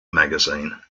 magazine